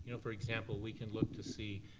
you know for example, we can look to see,